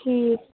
ٹھیٖک